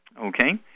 okay